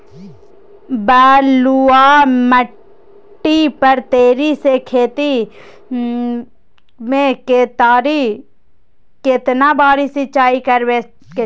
बलुआ माटी पर तोरी के खेती में केतना बार सिंचाई करबा के चाही?